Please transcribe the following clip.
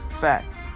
facts